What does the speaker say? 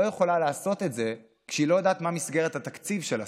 לא יכולה לעשות את זה כשהיא לא יודעת מה מסגרת התקציב של הסל.